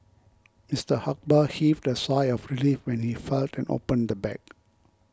Mister Akbar heaved a sigh of relief when he felt and opened the bag